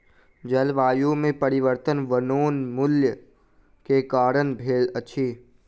जलवायु में परिवर्तन वनोन्मूलन के कारण भेल अछि